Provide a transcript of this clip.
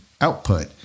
output